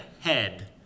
head